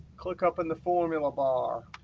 click up in the formula bar.